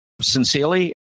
Sincerely